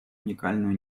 уникальную